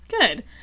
Good